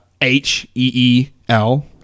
H-E-E-L